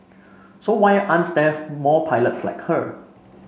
so why aren't there more pilots like her